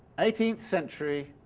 eighteenth century,